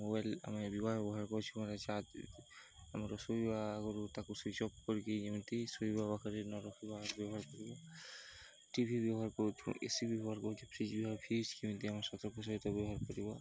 mobile ଆମେ ଆମର ଶୋଇବା ଆଗରୁ ତାକୁ ସୁଇଚ୍ ଅଫ୍ କରିକି ଏମିତି ଶୋଇବା ପାଖରେ ନ ରଖିବା ବ୍ୟବହାର କରିବା ଟି ଭି ବ୍ୟବହାର କରୁଛୁ ଏ ସି ବ୍ୟବହାର କରୁଛୁ ଫ୍ରିଜ୍ ବ୍ୟବହାର ଫ୍ରିଜ୍ କେମିତି ଆମର ସତର୍କ ସହିତ ବ୍ୟବହାର କରିବା